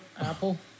Apple